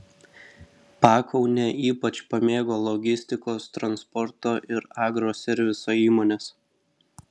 pakaunę ypač pamėgo logistikos transporto ir agroserviso įmonės